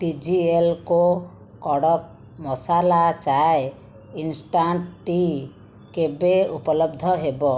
ଟି G L co kadak masala chai instant tea କେବେ ଉପଲବ୍ଧ ହେବ